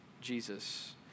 Jesus